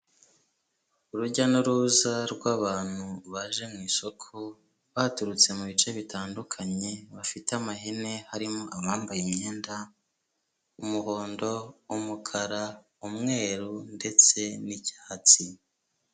Urujya n'uruza rw'abantu baje mu isoko, baturutse mu bice bitandukanye, bafite amahene harimo abambaye imyenda, umuhondo, umukara, umweru ndetse n'icyatsi.